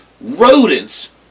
rodents